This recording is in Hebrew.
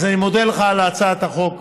אז אני מודה לך על הצעת החוק,